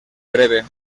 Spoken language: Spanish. breve